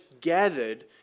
gathered